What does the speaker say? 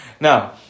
Now